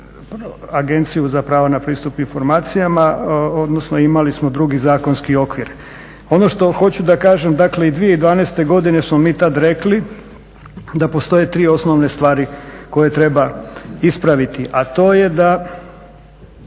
Agenciju za prava na pristup informacijama, odnosno imali smo drugi zakonski okvir. Ono što hoću da kažem, dakle i 2012. godine smo mi tad rekli da postoje 3 osnovne stvari koje treba ispraviti, a to je da